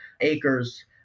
acres